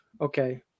okay